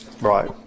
Right